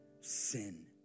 sin